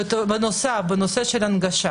לגבי ההנגשה